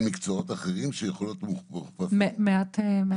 מקצועות אחרים שיכולות -- מעט מאוד.